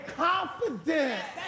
confidence